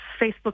Facebook